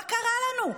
מה קרה לנו?